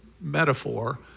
metaphor